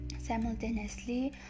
Simultaneously